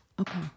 Okay